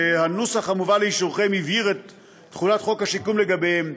שהנוסח המובא לאישורכם הבהיר את תחולת חוק השיקום לגביהם,